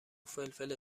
فلفل